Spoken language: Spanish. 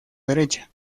derecha